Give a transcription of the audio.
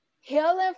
healing